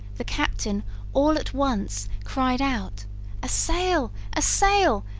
the captain all at once cried out a sail! a sail!